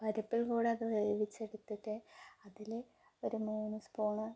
പരിപ്പിൽകൂടി അത് വേവിച്ച് എടുത്തിട്ട് അതില് ഒരു മൂന്ന് സ്പൂണ്